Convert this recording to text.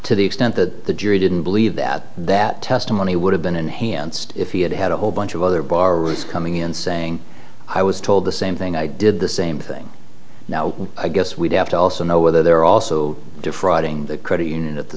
to the extent that the jury didn't believe that that testimony would have been enhanced if he had had a whole bunch of other bar rules coming in saying i was told the same thing i did the same thing now i guess we have to also know whether they're also defrauding the credit union at the